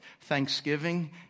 thanksgiving